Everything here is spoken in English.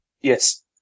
Yes